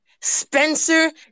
Spencer